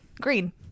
Green